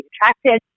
attracted